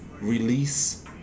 release